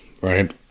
right